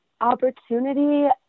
opportunity